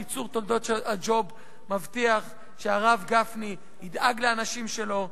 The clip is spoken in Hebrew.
קיצור תולדות הג'וב מבטיח שהרב גפני ידאג לאנשים שלו.